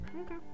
Okay